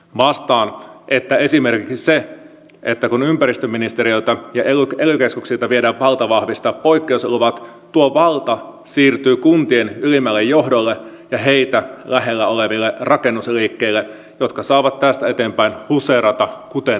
vastaan että esimerkiksi se että kun ympäristöministeriöltä ja ely keskuksilta viedään valta vahvistaa poikkeusluvat tuo valta siirtyy kuntien ylimmälle johdolle ja heitä lähellä oleville rakennusliikkeille jotka saavat tästä eteenpäin huseerata kuten huvittaa